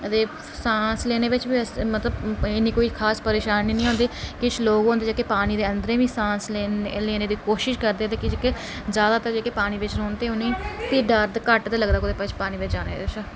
एह् सांस लैने च बी मतलब कोई परेशानी निं होंदी किश लोक होंदे जेह्के पानी दे अंदर बी सांस लैने दी कोशिश करदे ते बाकी जेह्ड़े पानी बिच रौहंदे उ'नेंगी पानी च गर घट्ट गै लगदा